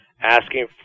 asking